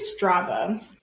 Strava